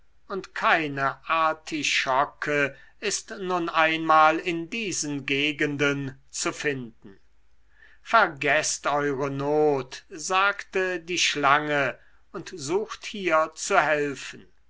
und keine artischocke ist nun einmal in diesen gegenden zu finden vergeßt eure not sagte die schlange und sucht hier zu helfen